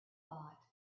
bought